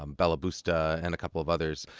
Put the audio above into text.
um balaboosta, and a couple of others.